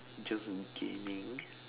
just gaming